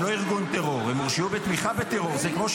הם לא ארגון טרור, הם הורשעו בתמיכה בטרור.